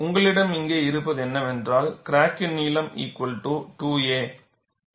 உங்களிடம் இங்கே இருப்பது என்னவென்றால் கிராக்கின் நீளம் 2a